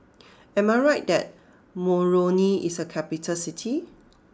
am I right that Moroni is a capital city